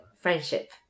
friendship